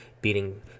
beating